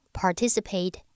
participate